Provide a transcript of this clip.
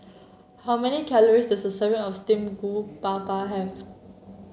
how many calories does a serving of steamed Groupapa have